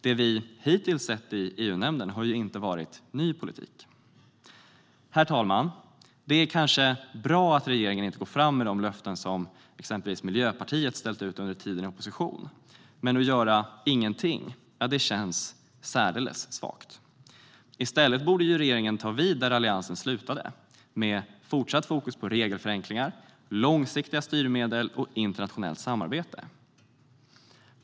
Det vi hittills sett i EU-nämnden har inte varit ny politik. Herr talman! Det är kanske bra att regeringen inte går fram med de löften som exempelvis Miljöpartiet ställt ut under tiden i opposition. Men att göra ingenting känns särdeles svagt. I stället borde regeringen ta vid där Alliansen slutade med fortsatt fokus på regelförenklingar, långsiktiga styrmedel och internationellt samarbete.